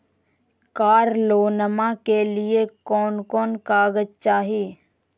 कार लोनमा के लिय कौन कौन कागज चाही?